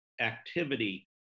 activity